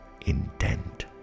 intent